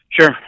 Sure